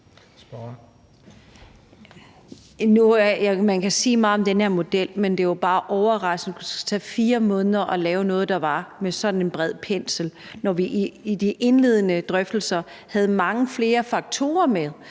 Man kan sige meget om den her model, men det er bare overraskende, at det skulle tage 4 måneder at lave noget, der er med så bred pensel, når vi i de indledende drøftelser havde mange flere faktorer med,